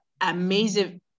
amazing